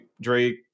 Drake